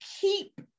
keep